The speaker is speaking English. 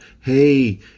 hey